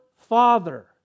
Father